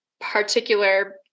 particular